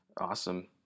Awesome